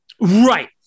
Right